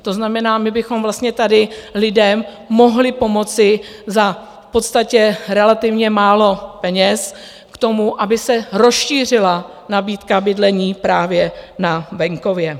To znamená, my bychom vlastně tady lidem mohli pomoci za v podstatě relativně málo peněz k tomu, aby se rozšířila nabídka bydlení právě na venkově.